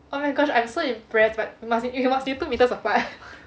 oh my gosh I'm so impressed but we must be must be two metres apart